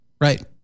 Right